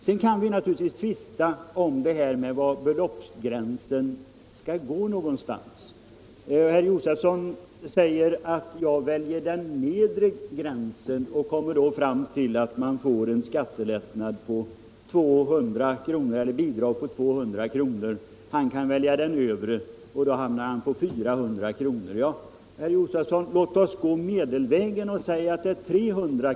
Man kan naturligtvis tvista om var beloppsgränsen skall gå någonstans. Herr Josefson säger att jag väljer den nedre gränsen och kommer fram till ett bidrag på 200 kr. — han kan välja den övre och hamna på 400 kr. Men låt oss då gå medelvägen och säga 300.